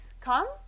come